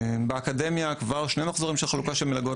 באקדמיה כבר שני מחזורים של חלוקה של מלגות